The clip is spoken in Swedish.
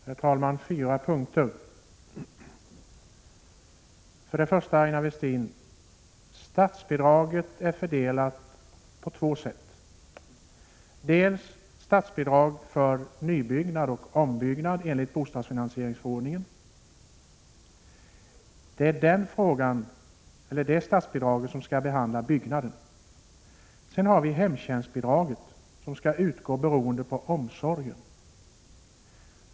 Herr talman! Jag skall ta upp några punkter. Till att börja med är statsbidraget fördelat på två sätt, Aina Westin. Dels är det statsbidrag för nybyggnad och ombyggnad enligt bostadsfinansieringsförordningen. Dels är det hemtjänstbidraget, som skall utgå beroende på graden av omsorgen.